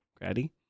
Grady